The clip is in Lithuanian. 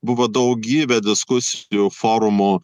buvo daugybė diskusijų forumų